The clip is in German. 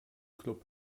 club